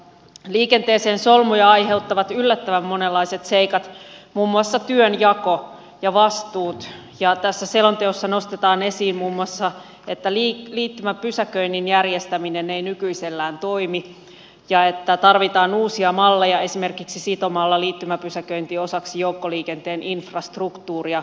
liikenteeseen solmuja aiheuttavat yllättävän monenlaiset seikat muun muassa työnjako ja vastuut ja tässä selonteossa nostetaan esiin muun muassa se että liittymäpysäköinnin järjestäminen ei nykyisellään toimi ja että tarvitaan uusia malleja esimerkiksi sitomalla liittymäpysäköinti osaksi joukkoliikenteen infrastruktuuria